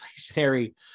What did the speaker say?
inflationary